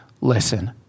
Listen